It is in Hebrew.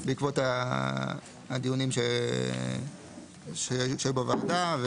בעקבות הדיונים שהיו בוועדה,